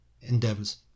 endeavors